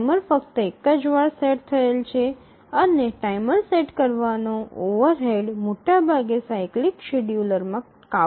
timer ફક્ત એક જ વાર સેટ થયેલ છે અને ટાઇમરને સેટ કરવાનો ઓવરહેડ મોટા ભાગે સાયક્લિક શેડ્યૂલરમાં કાબુ મેળવે છે